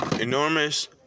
enormous